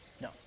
No